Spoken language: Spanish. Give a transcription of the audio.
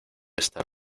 estar